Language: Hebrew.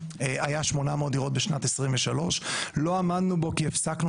היה 800 דירות בשנת 2023. לא עמדנו בו כי הפסקנו